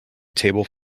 table